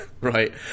Right